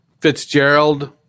Fitzgerald